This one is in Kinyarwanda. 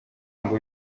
ngo